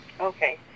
Okay